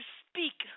speak